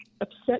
upset